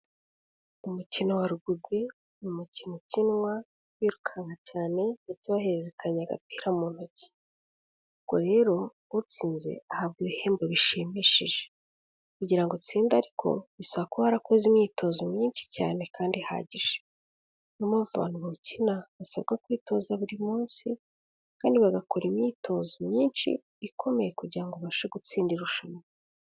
Umukino wa Rugby ni umukino ukinwa birukanka cyane ndetse bahererekanya agapira mu ntoki. Ubwo rero utsinze ahabwa ibihembo bishimishije. Kugira ngo utsinde ariko bisaba kuba warakoze imyitozo myinshi cyane kandi ihagije. Ni yo mpamvu abantu bawukina basabwa kwitoza buri munsi, kandi bagakora imyitozo myinshi ikomeye kugira ngo babashe gutsinda irushanwa.